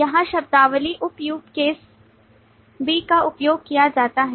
यहाँ शब्दावली उप use case B का उपयोग किया जाता है